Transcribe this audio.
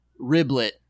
riblet